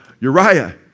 Uriah